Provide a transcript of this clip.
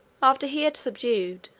after he had subdued,